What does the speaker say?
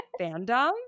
fandom